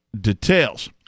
details